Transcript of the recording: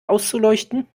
auszuleuchten